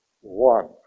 One